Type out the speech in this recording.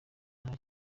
ngo